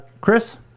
Chris